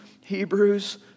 Hebrews